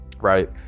Right